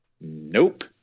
Nope